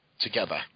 together